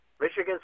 Michigan